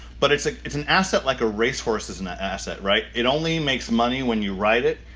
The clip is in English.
but it's. like it's an asset like a racehorse is an asset, right? it only makes money when you ride it.